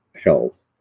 health